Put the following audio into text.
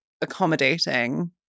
accommodating